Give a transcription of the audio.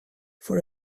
for